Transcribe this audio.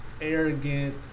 arrogant